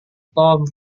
tom